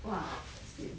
!wah! sian